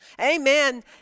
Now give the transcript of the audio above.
Amen